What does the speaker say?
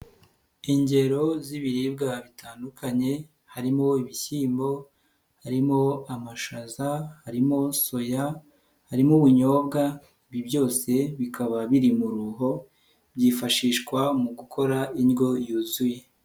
Ingero z'ibiribwa bitandukanye harimo ibishyimbo, harimo amashaza, harimo soya, harimo ubunyobwa, ibi byose bikaba biri mu ruho byifashishwa mu gukora indyo yuzuye.